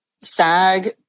SAG